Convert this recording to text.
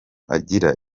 agira